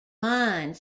mine